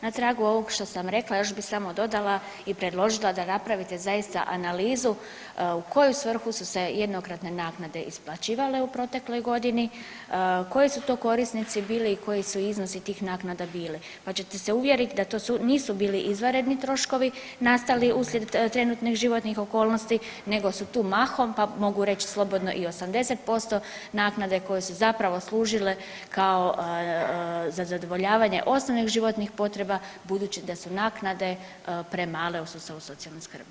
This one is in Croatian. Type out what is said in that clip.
Na tragu ovog što sam rekla još bi samo dodala i predložila da napravite zaista analizu u koju svrhu su se jednokratne naknade isplaćivale u protekloj godini, koji su to korisnici bili i koji su iznosi tih naknada bili, pa ćete se uvjerit da to nisu bili izvanredni troškovi nastali uslijed trenutnih životnih okolnosti nego su tu mahom, pa mogu reć slobodno i 80% naknade koje su zapravo služile kao za zadovoljavanje osnovnih životnih potreba budući da su naknade premale u sustavu socijalne skrbi.